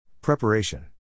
Preparation